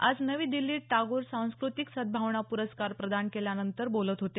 आज नवी दिल्लीत टागोर सांस्क्रतिक सद्भावना प्रस्कार प्रदान केल्यानंतर ते बोलत होते